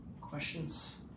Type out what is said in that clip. Questions